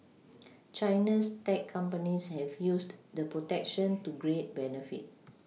China's tech companies have used the protection to great benefit